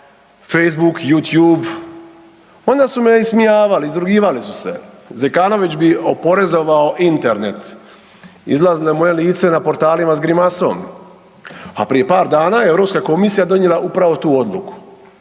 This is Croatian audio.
Facebook, YouTube, onda su me ismijavali, izrugivali su se „Zekanović bi oporezovao Internet“, izlazilo moje lice na portalima s grimasom, a prije par dana Europska komisija je donijela upravo tu odluku.